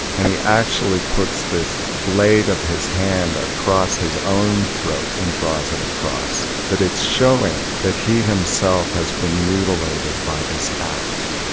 and he actually puts this blade of his hand across his own throat and draws it across, that it's showing that he himself has been mutilated by this act.